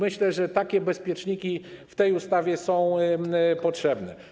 Myślę, że takie bezpieczniki są w tej ustawie potrzebne.